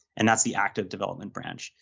and that's the active development branch.